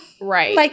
Right